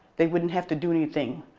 they wouldn't have to do anything.